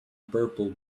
purple